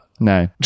No